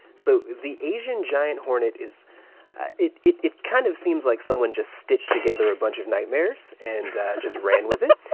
so the asian giant hornet is it it kind of seems like someone just stitched together a bunch of nightmares and just ran with it.